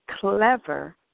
Clever